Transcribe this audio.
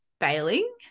failing